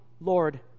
Lord